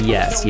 Yes